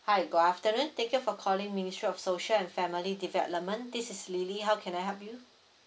hi good afternoon thank you for calling ministry of social and family development this is lily how can I help you